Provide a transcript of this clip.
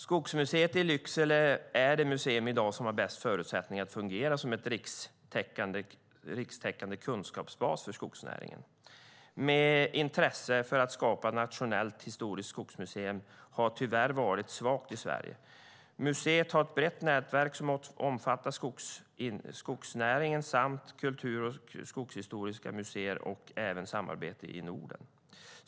Skogsmuseet i Lycksele är i dag det museum som har bäst förutsättningar att fungera som en rikstäckande kunskapsbas för skogsnäringen. Men intresset för att skapa ett nationellt historiskt skogsmuseum har tyvärr varit svagt i Sverige. Museet har ett brett nätverk som omfattar skogsnäringen samt kultur och skogshistoriska museer och även samarbete i Norden.